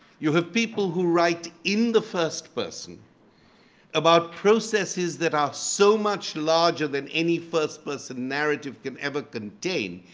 you have people who write in the first person about processes that are so much larger than any first person narrative can ever contain.